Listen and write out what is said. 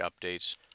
updates